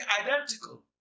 identical